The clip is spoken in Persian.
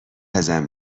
ازم